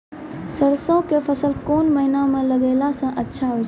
सरसों के फसल कोन महिना म लगैला सऽ अच्छा होय छै?